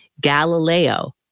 Galileo